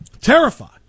terrified